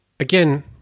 Again